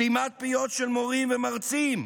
סתימת פיות של מורים ומרצים.